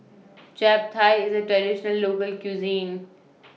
Chap Thai IS A Traditional Local Cuisine